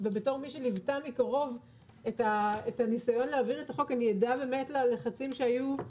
ובתור מי שליוותה מקרוב את הניסיון להעביר את החוק אני עדה ללחצים שהיו.